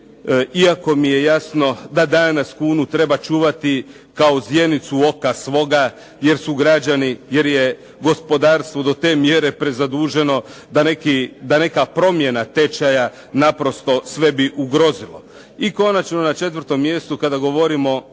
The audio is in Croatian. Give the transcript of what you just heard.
iako mi je jasno da danas kunu treba čuvati kao zjenicu oka svoga jer su građani, jer je gospodarstvo do te mjere prezaduženo da neka promjena tečaja naprosto sve bi ugrozilo. I konačno, na četvrtom mjestu kada govorimo